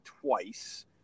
twice